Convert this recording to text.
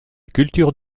culture